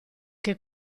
che